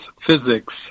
Physics